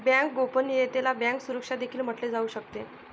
bank गोपनीयतेला bank सुरक्षा देखील म्हटले जाऊ शकते